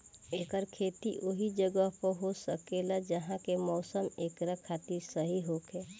एकर खेती ओहि जगह पर हो सकेला जहा के मौसम एकरा खातिर सही होखे